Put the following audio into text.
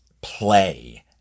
play